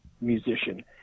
musician